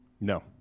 No